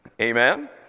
Amen